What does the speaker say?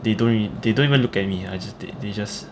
they don't really they don't even look at me I just they just